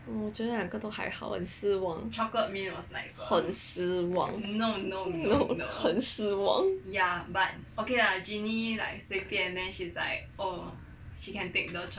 我觉的两个都还好很失望很失望 no 很失望